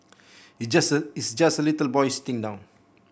it's just it's just a little boy sitting down